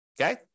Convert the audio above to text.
okay